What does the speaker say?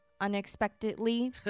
Unexpectedly